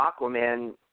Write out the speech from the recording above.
Aquaman